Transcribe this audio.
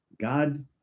God